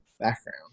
background